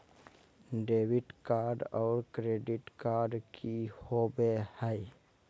Debit card और credit card की होवे हय?